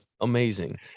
amazing